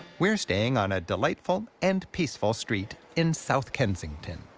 we're staying on a delightful-and and peaceful-street in south kensington.